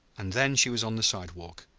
and then she was on the sidewalk,